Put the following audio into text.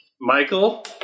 Michael